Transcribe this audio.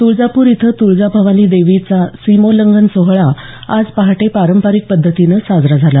तुळजापूर इथं तुळजाभवानी देवीचा सीमोल्लंघन सोहळा आज पहाटे पारंपरिक पद्धतीनं साजरा झाला